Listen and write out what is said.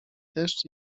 deszcz